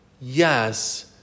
Yes